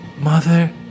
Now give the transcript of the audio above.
mother